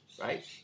right